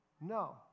No